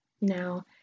Now